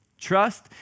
Trust